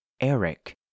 Eric